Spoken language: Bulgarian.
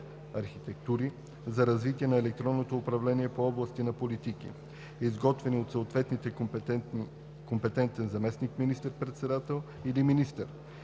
архитектури за развитие на електронното управление по области на политики, изготвени от съответния компетентен заместник министър-председател или министър,